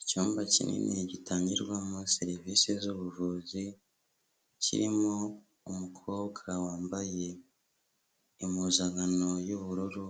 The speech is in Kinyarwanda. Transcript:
Icyumba kinini gitangirwamo serivisi z'ubuvuzi, kirimo umukobwa wambaye impuzankano y'ubururu,